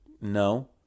no